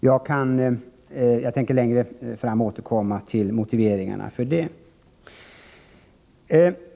Jag tänker längre fram återkomma till motiveringen härför.